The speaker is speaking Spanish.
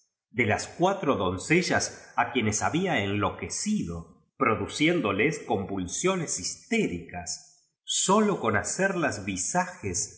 de las cuatro doncellas o quienes hnliín enloquecido produciéndoles convul siones kiste ricas sólo con hacerlas visajes